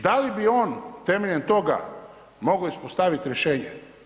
Da li bi on temeljem toga mogao ispostavit rješenje?